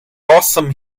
bosom